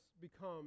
become